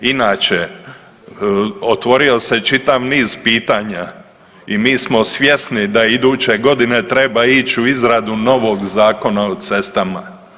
Inače, otvorio se čitav niz pitanja i mi smo svjesni da iduće godine treba ići u izradu novog Zakona o cestama.